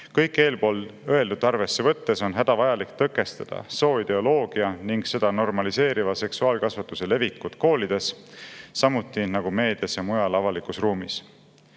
Kõike eespool öeldut arvesse võttes on hädavajalik tõkestada sooideoloogia ning seda normaliseeriva seksuaalkasvatuse levikut koolides, samuti meedias ja mujal avalikus ruumis.